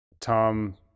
tom